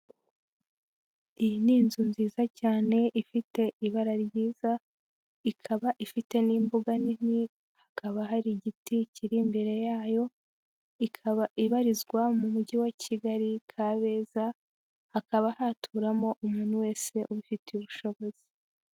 Iyi ni inzu nziza cyane ifite ibara ryiza, ikaba ifite n'imbuga nini hakaba hari igiti kiri imbere yayo ikaba ibarizwa mu mujyi wa Kigali Kabeza hakaba haturamo umuntu wese ubifitiye ubushobozi.